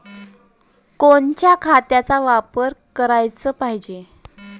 कोनच्या खताचा वापर कराच पायजे?